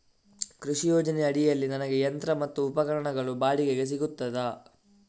ಕೃಷಿ ಯೋಜನೆ ಅಡಿಯಲ್ಲಿ ನನಗೆ ಯಂತ್ರ ಮತ್ತು ಉಪಕರಣಗಳು ಬಾಡಿಗೆಗೆ ಸಿಗುತ್ತದಾ?